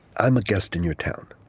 i'm a guest in your town.